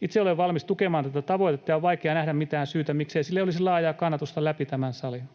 Itse olen valmis tukemaan tätä tavoitetta, ja vaikea nähdä mitään syytä, miksei sille olisi laajaa kannatusta läpi tämän salin.